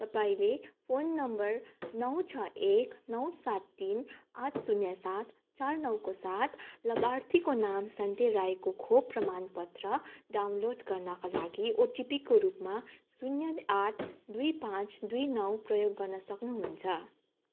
तपाईँँले phone number नौ छ एक नौ सात तिन आठ शून्य सात चार नौको साथ लाभार्थीको नाम सन्ते राईको खोप प्रमाणपत्र डाउनलोड गर्नाका लागि ओटिपीको रूपमा शून्य आठ दुई पाँच दुई नौ प्रयोग गर्न सक्नुहुन्छ